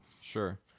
Sure